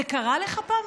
זה קרה לך פעם?